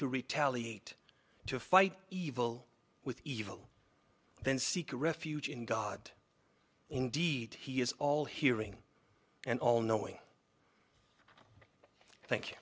to retaliate to fight evil with evil then seek refuge in god indeed he is all hearing and all